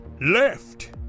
left